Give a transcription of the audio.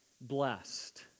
blessed